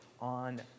on